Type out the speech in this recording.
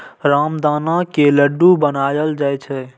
रामदाना के लड्डू बनाएल जाइ छै